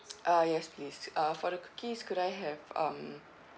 ah yes please uh for the cookies could I have um